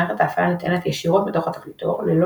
מערכת ההפעלה נטענת ישירות מתוך התקליטור ללא